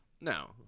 No